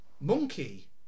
Monkey